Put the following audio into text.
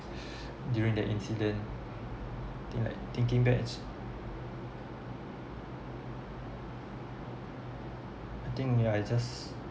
during that incident think like thinking back I think ya it just